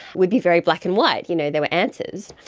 would be very black and white, you know, there were answers.